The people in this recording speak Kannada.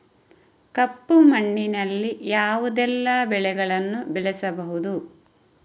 ಕಪ್ಪು ಮಣ್ಣಿನಲ್ಲಿ ಯಾವುದೆಲ್ಲ ಬೆಳೆಗಳನ್ನು ಬೆಳೆಸಬಹುದು?